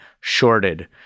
shorted